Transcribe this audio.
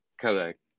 Correct